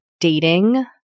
dating